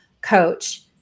coach